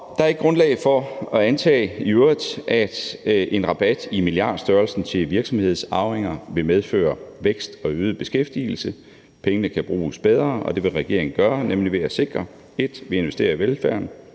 der er ikke grundlag for at antage i øvrigt, at en rabat i milliardstørrelsen til virksomhedsarvinger vil medføre vækst og øget beskæftigelse. Pengene kan bruges bedre, og det vil regeringen gøre, nemlig ved at sikre 1), at vi investerer i velfærden,